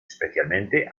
especialmente